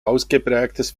ausgeprägtes